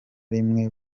rimwe